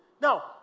Now